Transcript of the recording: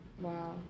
Wow